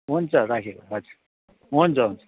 हुन्छ राखेको हजुर हुन्छ हुन्छ